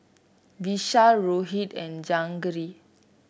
Vishal Rohit and Jahangir